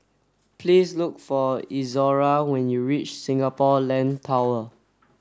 please look for Izora when you reach Singapore Land Tower